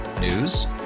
News